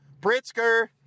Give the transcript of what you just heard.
Britzker